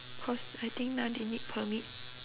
cause I think now they need permit